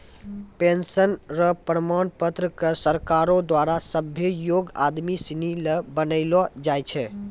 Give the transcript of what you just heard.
pension र प्रमाण पत्र क सरकारो द्वारा सभ्भे योग्य आदमी सिनी ल बनैलो जाय छै